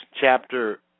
chapter